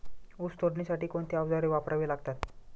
ऊस तोडणीसाठी कोणती अवजारे वापरावी लागतात?